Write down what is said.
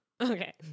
Okay